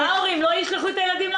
שההורים לא ישלחו את הילדים?